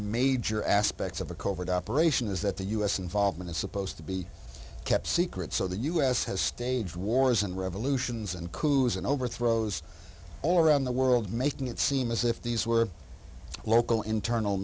major aspects of a covert operation is that the us involvement is supposed to be kept secret so the us has stage wars and revolutions and coups and overthrows all around the world making it seem as if these were local internal